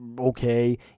Okay